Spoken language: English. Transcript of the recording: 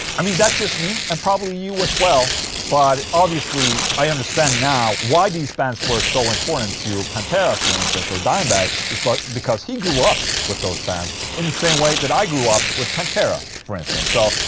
i mean, that's just me and probably you as well but obviously i understand now why these bands were so important to pantera for instance or dimebag it's but because he grew up with those bands in the same way that i grew up with pantera for instance, so.